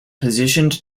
positioned